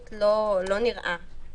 נכון.